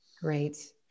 Great